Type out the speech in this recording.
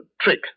trick